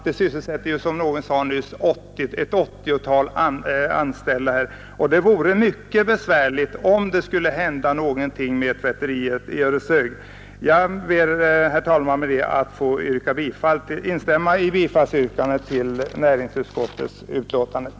Det har, som någon nyss sade, ett 80-tal anställda. Det skulle bli mycket besvärligt om det hände någonting med tvätteriet i Ödeshög. Fru talman! Jag instämmer i yrkandet om bifall till utskottets hemställan.